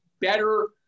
better